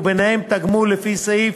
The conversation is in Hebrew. וביניהם תגמול לפי סעיף